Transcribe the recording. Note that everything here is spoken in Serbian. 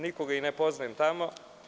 Nikoga ne poznajem tamo.